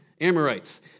Amorites